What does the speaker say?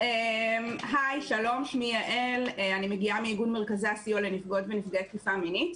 אני מגיעה מאיגוד מרכזי הסיוע לנפגעות ונפגעי תקיפה מינית.